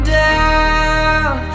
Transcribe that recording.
down